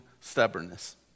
stubbornness